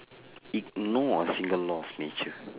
ignore a single law of nature